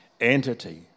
entity